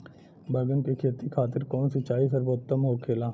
बैगन के खेती खातिर कवन सिचाई सर्वोतम होखेला?